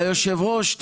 היושב-ראש,